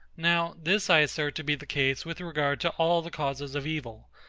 now, this i assert to be the case with regard to all the causes of evil,